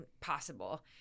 possible